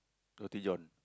Roti John